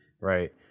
right